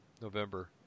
november